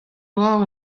brav